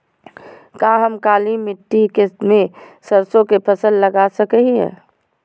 का हम काली मिट्टी में सरसों के फसल लगा सको हीयय?